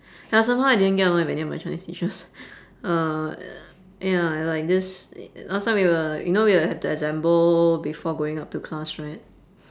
ya somehow I didn't get along with any of my chinese teachers uh ya and i~ like this last time we were you know we will have to assemble before going up to class right